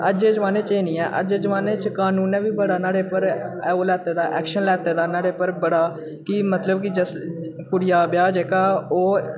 अज्जै ज़मान्ने च एह् निं ऐ अज्जै ज़मान्ने च कानून ने बी बड़ा न्हाड़े उप्पर ओह् लैते दा एक्शन लैते दा न्हाड़े उप्पर बड़ा की मतलब की जिस कुड़िया ब्याह् जेह्का ओह्